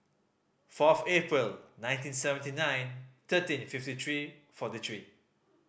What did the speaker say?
fourth April nineteen seventy nine thirteen fifty three forty three